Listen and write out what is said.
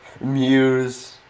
Muse